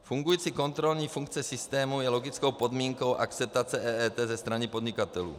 Fungující kontrolní funkce systému je logickou podmínkou akceptace EET ze strany podnikatelů.